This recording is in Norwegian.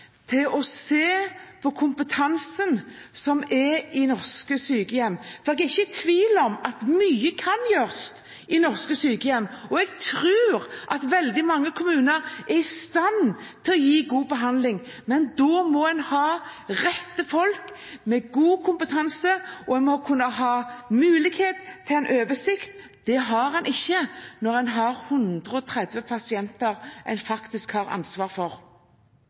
til å se på kompetansen som er i norske sykehjem, for det er ikke tvil om at mye kan gjøres i norske sykehjem, og jeg tror at veldig mange kommuner er i stand til å gi god behandling, men da må man ha rette folk med god kompetanse, og man må kunne ha mulighet til en oversikt. Det har man ikke når man har 130 pasienter man har ansvar for.